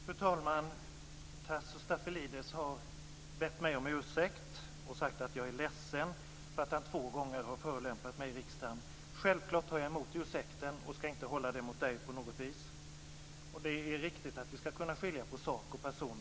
Fru talman! Tasso Stafilidis har bett mig om ursäkt och sagt att han är ledsen för att han två gånger har förolämpat mig i riksdagen. Självklart tar jag emot ursäkten, och jag ska inte hålla det emot honom på något vis. Det är riktigt att vi ska kunna skilja på sak och person.